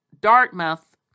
Dartmouth